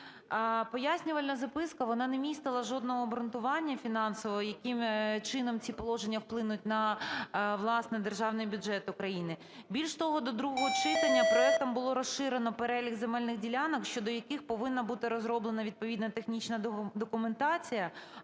Пояснювальна записка, вона не містила жодного обґрунтування фінансового, яким чином ці положення вплинуть на, власне, державний бюджет України. Більш того, до другого читання проектом було розширено перелік земельних ділянок, щодо яких повинна бути розроблена відповідна технічна документація,